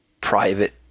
private